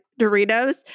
Doritos